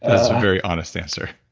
that's a very honest answer.